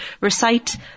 recite